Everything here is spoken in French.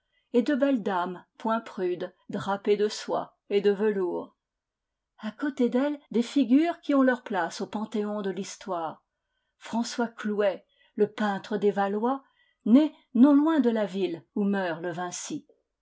et de belles dames point prudes drapées de soie et de velours a côté d'elles des figures qui ont leur place au panthéon de l'histoire françois clouet le peintre des valois né non loin de la ville où meurt le vinci